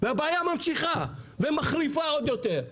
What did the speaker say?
והבעיה ממשיכה ומחריפה עוד יותר.